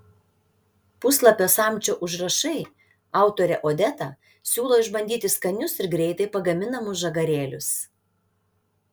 puslapio samčio užrašai autorė odeta siūlo išbandyti skanius ir greitai pagaminamus žagarėlius